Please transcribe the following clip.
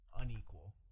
unequal